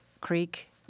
creek